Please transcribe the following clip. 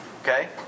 Okay